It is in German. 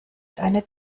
eine